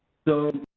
so,